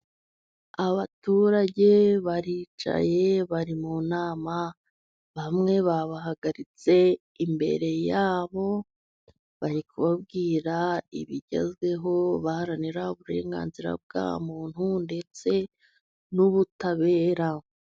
Abaturage baricaye bari mu nama, bamwe babahagaritse imbere yabo bari kubabwira ibigezweho, baharanira uburenganzira bwa muntu ndetse n'ubutabera.